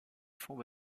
fonts